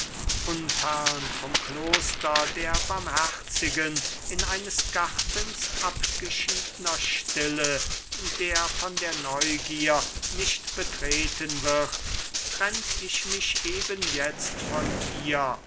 unfern vom kloster der barmherzigen in eines gartens abgeschiedner stille der von der neugier nicht betreten wird trennt ich mich eben jetzt von ihr